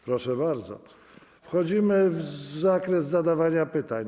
Proszę bardzo, wchodzimy w zakres zadawania pytań.